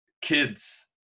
kids